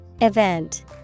Event